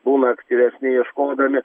būna aktyvesni ieškodami